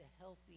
healthy